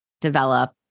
develop